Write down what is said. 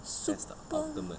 superm~